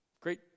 great